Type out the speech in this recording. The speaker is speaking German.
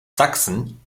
sachsen